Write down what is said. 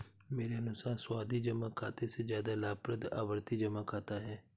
मेरे अनुसार सावधि जमा खाते से ज्यादा लाभप्रद आवर्ती जमा खाता है